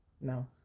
No